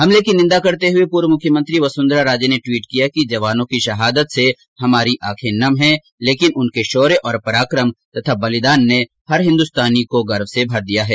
हमले की निंदा करते हुए पूर्व मुख्यमंत्री वसुंधरा राजे ने ट्वीट किया कि जवानों की शहादत से हमारी आंखे नम हैं लेकिन उनके शौर्य पराकम तथा बलिदान ने हर हिंदुस्तानी को गर्व से भर दिया है